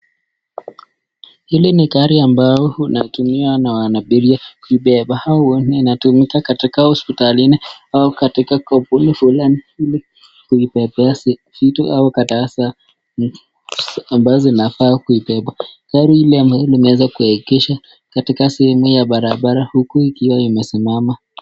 Hili ni gari ambao unatumiwa na wanaabiria kubeba au inatumika katika hospitalini au katika kampuni fulani ili kuibebea vitu au kadhaa za ambazo zinafaa kuibeba. Gari hili limeweza kuegeshwa katika sehemu ya barabara huku ikiwa imesimama.